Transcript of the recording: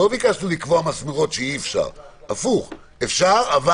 לא ביקשנו לקבוע מסמרות שאי-אפשר, להפך, אפשר אבל